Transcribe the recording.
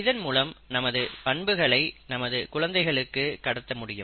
இதன் மூலம் நமது பண்புகளை நமது குழந்தைகளுக்கு கடத்த முடியும்